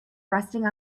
resting